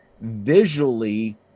visually